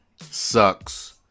sucks